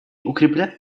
укрепляют